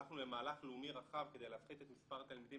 הלכנו למהלך לאומי רחב כדי להפחית את מספר התלמידים